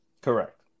Correct